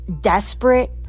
desperate